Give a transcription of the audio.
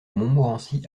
montmorency